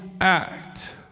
act